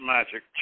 Magic